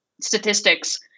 statistics